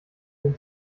den